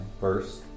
First